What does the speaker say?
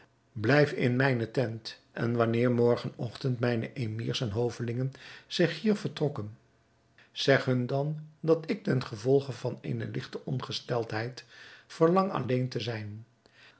blijf in mijne tent en wanneer morgen ochtend mijne emirs en hovelingen zich hier vertokken zeg hun dan dat ik ten gevolge van eene ligte ongesteldheid verlang alleen te zijn